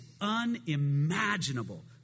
unimaginable